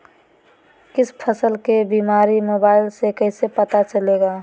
किसी फसल के बीमारी मोबाइल से कैसे पता चलेगा?